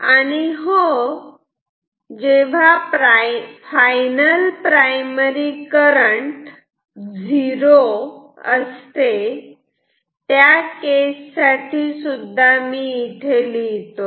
आणि हो जेव्हा फायनल प्रायमरी करंट झिरो असते त्या केस साठी सुद्धा मी इथे लिहितो